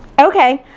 okay,